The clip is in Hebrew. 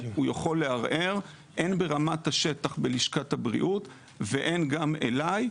הוא יכול לערער הן ברמת השטח בלשכת הבריאות והן אלי.